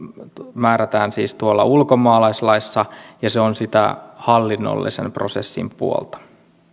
määrätään siis ulkomaalaislaissa ja se on sitä hallinnollisen prosessin puolta